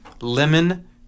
lemon